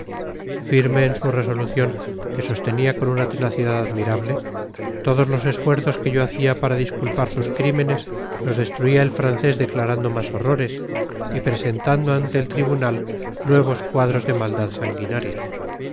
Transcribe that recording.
en su resolución que sostenía con una tenacidad admirable todos los esfuerzos que yo hacía para disculpar sus crímenes los destruía el francés declarando más horrores y presentando ante el tribunal nuevos cuadros de maldad sanguinaria